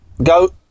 Go